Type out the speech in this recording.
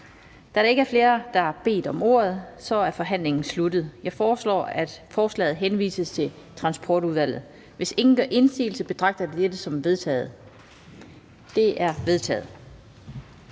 Da der ikke er flere, der har bedt om ordet, er forhandlingen sluttet. Jeg foreslår, at forslaget til folketingsbeslutning henvises til Transportudvalget. Hvis ingen gør indsigelse, betragter jeg dette som vedtaget. Det er vedtaget.